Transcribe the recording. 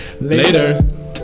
Later